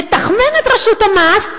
לתכמן את רשות המס,